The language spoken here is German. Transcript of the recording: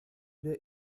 der